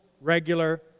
regular